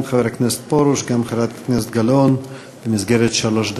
גם חבר הכנסת פרוש וגם חברת הכנסת גלאון במסגרת שלוש דקות.